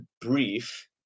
brief